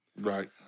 Right